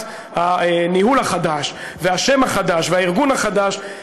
הניהול החדש והשם החדש והארגון החדש,